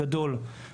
אז מה המחלוקת ביניכם,